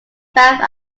back